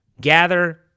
Gather